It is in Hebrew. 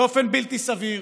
באופן בלתי סביר,